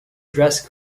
dress